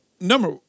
number